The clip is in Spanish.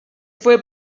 fue